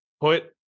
put